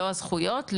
לא הזכויות,